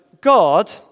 God